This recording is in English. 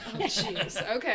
okay